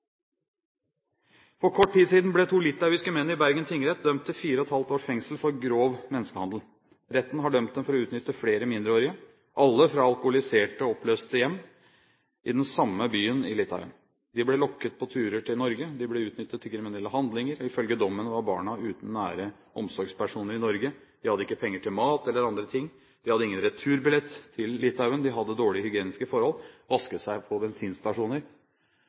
For kort tid siden ble to litauiske menn i Bergen tingrett dømt til fire og et halvt års fengsel for grov menneskehandel. Retten har dømt dem for å utnytte flere mindreårige, alle fra alkoholiserte og oppløste hjem i den samme byen i Litauen. De ble lokket på turer til Norge. De ble utnyttet til kriminelle handlinger. Ifølge dommen var barna uten nære omsorgspersoner i Norge. De hadde ikke penger til mat eller andre ting. De hadde ingen returbillett til Litauen, de hadde dårlige hygieniske forhold og vasket seg på bensinstasjoner.